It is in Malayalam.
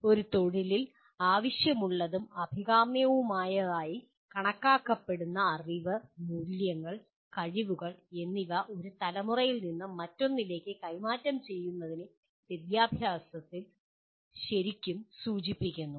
ഒരു തൊഴിലിൽ ആവശ്യമുള്ളതും അഭികാമ്യവുമായതായി കണക്കാക്കപ്പെടുന്ന അറിവ് മൂല്യങ്ങൾ കഴിവുകൾ എന്നിവ ഒരു തലമുറയിൽ നിന്ന് മറ്റൊന്നിലേക്ക് കൈമാറ്റം ചെയ്യുന്നതിനെ വിദ്യാഭ്യാസത്തിൽ ശരിക്കും സൂചിപ്പിക്കുന്നു